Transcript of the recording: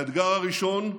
האתגר הראשון: